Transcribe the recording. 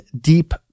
deep